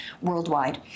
worldwide